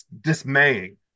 dismaying